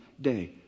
day